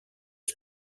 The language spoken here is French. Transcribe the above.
sur